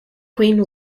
queen